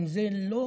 האם זה לא